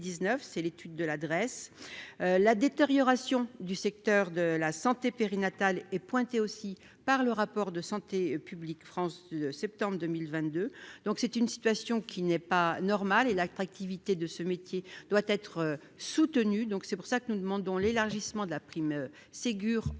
c'est l'étude de l'adresse, la détérioration du secteur de la santé périnatale est pointé aussi par le rapport de santé publique, France 2 septembre 2022, donc c'est une situation qui n'est pas normal et l'attractivité de ce métier doit être soutenue, donc c'est pour ça que nous demandons l'élargissement de la prime Ségur en